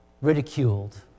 ridiculed